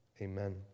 amen